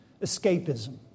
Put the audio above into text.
escapism